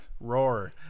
Roar